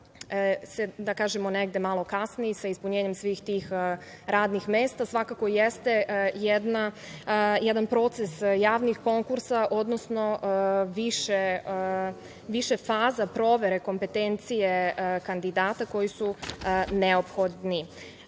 da kažemo, negde malo kasni sa ispunjenjem svih tih radnih mesta svakako jeste jedan proces javnih konkursa, odnosno više faza provere kompetencije kandidata koji su neophodni. Dakle,